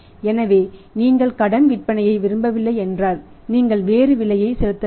எனவே நீங்கள் கடன் விற்பனையை விரும்பவில்லை என்றால் நீங்கள் வேறு விலையை செலுத்த வேண்டும்